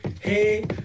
hey